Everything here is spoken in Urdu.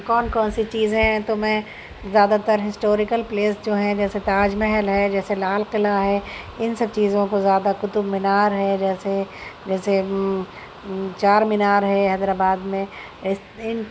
کون کون سی چیزیں ہیں تو میں زیادہ تر ہسٹوریکل پلیس جو ہیں جیسے تاج محل ہے جیسے لال قلعہ ہے ان سب چیزوں کو زیادہ قطب مینار ہے جیسے جیسے چار مینار ہے حیدرآباد میں ان